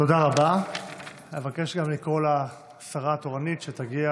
פערים עצומים בזכאות לבגרות במתמטיקה